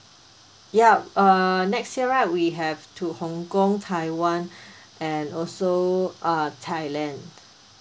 ya uh next year right we have to hong kong taiwan and also uh thailand